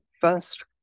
first